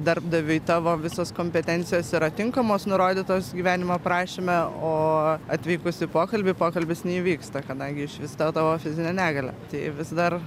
darbdaviui tavo visos kompetencijos yra tinkamos nurodytos gyvenimo aprašyme o atvykus į pokalbį pokalbis neįvyksta kadangi išvysta tavo fizinę negalią tai vis dar